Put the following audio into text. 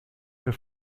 der